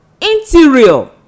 interior